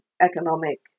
economic